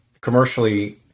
commercially